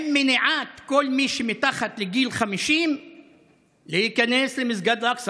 עם מניעת כל מי שמתחת לגיל 50 להיכנס למסגד אל-אקצא,